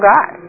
God